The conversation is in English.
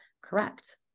correct